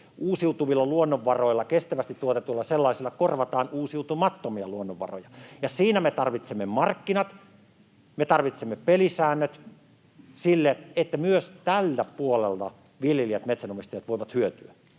uusiutuvilla luonnonvaroilla, kestävästi tuotetuilla sellaisilla, korvataan uusiutumattomia luonnonvaroja. Ja siinä me tarvitsemme markkinat, me tarvitsemme pelisäännöt sille, että myös tällä puolella viljelijät ja metsänomistajat voivat hyötyä,